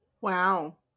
Wow